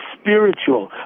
spiritual